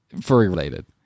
furry-related